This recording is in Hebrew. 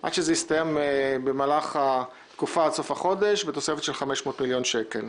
עד שזה יסתיים בסוף החודש בתוספת של 500 מיליון שקלים.